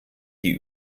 die